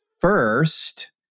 first